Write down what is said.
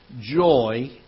joy